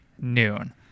noon